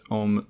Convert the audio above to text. om